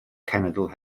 cenedl